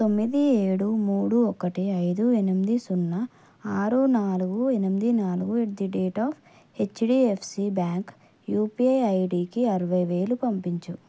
తొమ్మిది ఏడు మూడు ఒకటి ఐదు ఎనిమిది సున్నా ఆరు నాలుగు ఎనిమిది నాలుగు at the date of HDFC bank UPI ఐడీకి అరవై వేలు పంపించు